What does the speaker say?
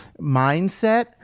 mindset